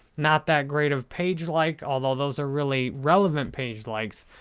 not that great of page like, although those are really relevant page likes.